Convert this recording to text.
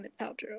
Paltrow